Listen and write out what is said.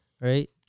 Right